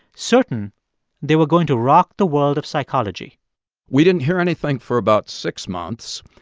certain they were going to rock the world of psychology we didn't hear anything for about six months.